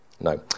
No